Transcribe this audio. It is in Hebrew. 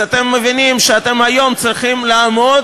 אז אתם מבינים שאתם היום צריכים לעמוד